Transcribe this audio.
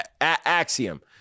Axiom